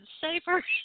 safer